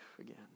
again